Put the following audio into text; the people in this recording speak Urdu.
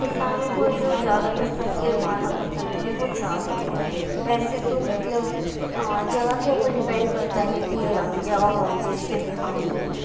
کسانوں کو جو زیادہ تر فصلیں اگانا پسند ہے وہ چاول ہے ویسے تو مطلب جگہ کے اوپر ڈیپینڈ کرتا ہے کہ جگہ کون سی ہے جیسے بہار میں